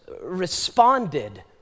responded